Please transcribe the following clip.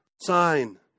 sign